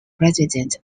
president